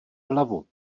hlavu